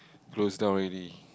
close down already